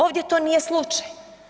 Ovdje to nije slučaj.